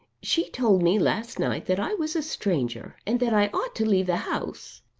she told me last night that i was a stranger, and that i ought to leave the house.